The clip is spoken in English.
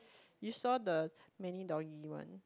you saw the many doggie one